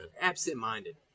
Absent-minded